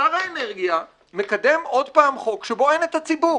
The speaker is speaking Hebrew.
ושר האנרגיה מקדם עוד פעם חוק שבו אין את הציבור.